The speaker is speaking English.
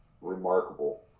remarkable